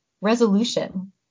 resolution